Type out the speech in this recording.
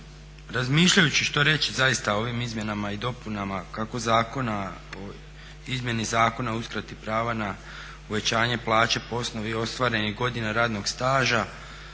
Razmišljajući što reći zaista o ovim izmjenama i dopunama kako Zakona o izmjeni Zakona o uskrati prava na uvećanje plaće po osnovi ostvarenih godina radnog staža,